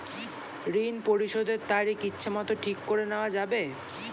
ঋণ পরিশোধের তারিখ ইচ্ছামত ঠিক করে নেওয়া যাবে?